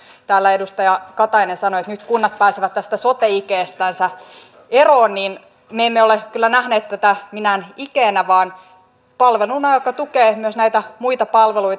kun täällä edustaja katainen sanoi että nyt kunnat pääsevät tästä sote ikeestänsä eroon niin me emme ole kyllä nähneet tätä minään ikeenä vaan palveluna joka tukee myös näitä muita palveluita